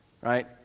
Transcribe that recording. right